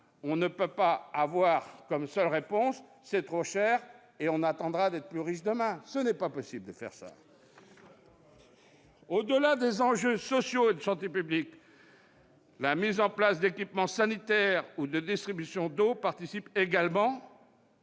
on ne peut pas avoir comme seule réponse « C'est trop cher, attendons demain que nous soyons plus riches »! Ce n'est pas possible ! Au-delà des enjeux sociaux et de santé publique, la mise en place d'équipements sanitaires ou de distribution d'eau participe également